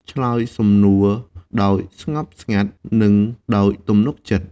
ឆ្លើយសំណួរដោយស្ងប់ស្ងាត់ និងដោយទំនុកចិត្ត។